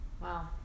Wow